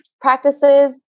practices